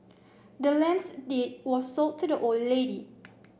the land's deed was sold to the old lady